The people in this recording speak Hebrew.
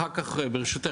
ברשותך,